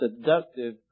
seductive